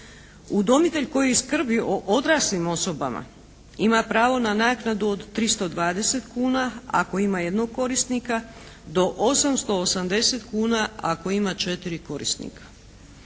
Udomitelj koji skrbi o odraslim osobama ima pravo na naknadu od 320 kuna ako ima jednog korisnika do 880 kuna ako ima četiri korisnika.